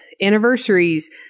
anniversaries